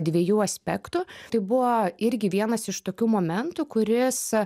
dviejų aspektų tai buvo irgi vienas iš tokių momentų kuris